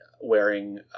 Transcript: wearing